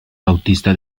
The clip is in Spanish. bautista